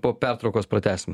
po pertraukos pratęsim